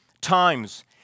times